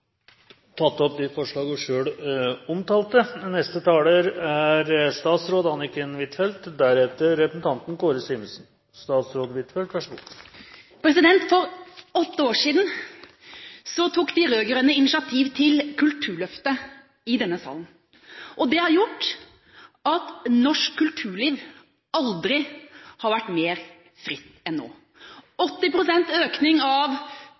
For åtte år siden tok de rød-grønne initiativ til Kulturløftet i denne salen. Det har gjort at norsk kulturliv aldri har vært mer fritt enn nå. 80 pst. økning av